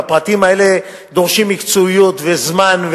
והפרטים האלה דורשים מקצועיות וזמן.